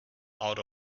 out